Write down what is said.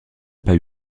pas